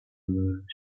reversed